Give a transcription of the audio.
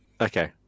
okay